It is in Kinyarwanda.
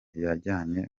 yajyanye